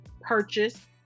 purchase